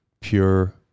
pure